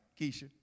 Keisha